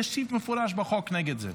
יש סעיף מפורט בחוק נגד זה.